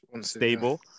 stable